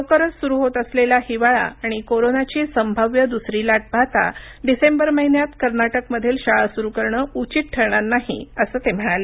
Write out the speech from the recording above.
लवकरच सुरु होत असलेला हिवाळा आणि कोरोनाची संभाव्य दुसरी लाट पाहता डिसेंबर महिन्यात कर्नाटकमधील शाळा सुरु करणं उचित ठरणार नाही असं ते म्हणाले